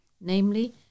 namely